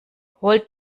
holt